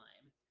time